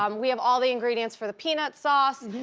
um we have all the ingredients for the peanut sauce,